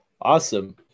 Awesome